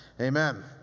Amen